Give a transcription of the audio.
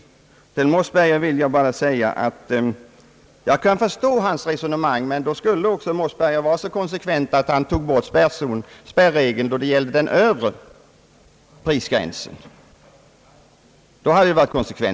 Till herr Mossberger vill jag bara säga att jag kan förstå hans resonemang. Men då skulle herr Mossberger också ha varit så konsekvent att han tog bort automatiken också då det gäller den övre buffertzonen.